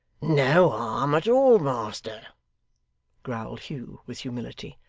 no harm at all, master growled hugh, with humility.